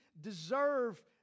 deserve